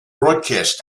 broadcast